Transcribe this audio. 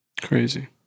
Crazy